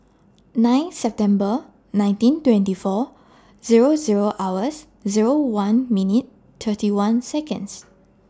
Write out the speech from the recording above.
nine September nineteen twenty four Zero Zero hours Zero one minutes thirty one Seconds